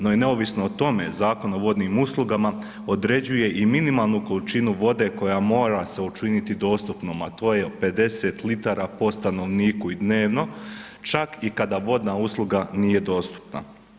No i neovisno o tome Zakon o vodnim uslugama određuje i minimalnu količinu vode koja mora se učiniti dostupnom, a to je 50 litara po stanovniku i dnevno čak i kada vodna usluga nije dostupna.